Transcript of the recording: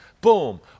Boom